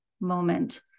moment